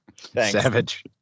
savage